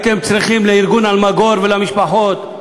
לארגון "אלמגור" ולמשפחות,